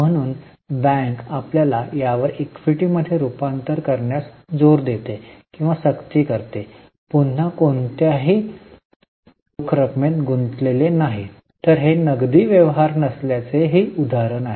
म्हणून बँक आपल्याला यावर इक्विटीमध्ये रुपांतर करण्यास जोर देते किंवा सक्ती करते पुन्हा कोणत्याही रोख रकमेत गुंतलेले नाही तर हे नगदी व्यवहार नसल्याचे ही उदाहरण आहे